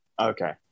Okay